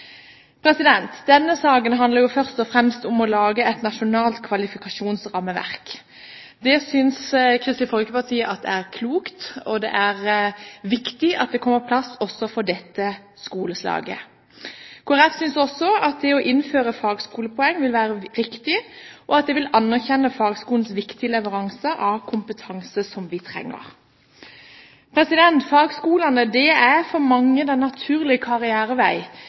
Denne saken handler først og fremst om å lage et nasjonalt kvalifikasjonsrammeverk. Det synes Kristelig Folkeparti er klokt, og det er viktig at det kommer på plass også for dette skoleslaget. Kristelig Folkeparti synes også at det å innføre fagskolepoeng vil være riktig, og at det vil anerkjenne fagskolens viktige leveranse av kompetanse som vi trenger. Fagskolene er for mange den naturlige karrierevei